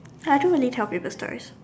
I don't really tell people stories